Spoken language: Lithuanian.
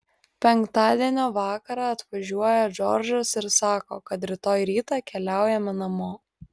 penktadienio vakarą atvažiuoja džordžas ir sako kad rytoj rytą keliaujame namo